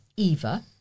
Eva